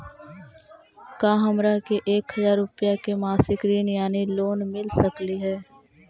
का हमरा के एक हजार रुपया के मासिक ऋण यानी लोन मिल सकली हे?